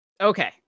okay